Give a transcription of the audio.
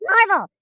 Marvel